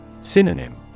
Synonym